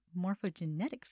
morphogenetic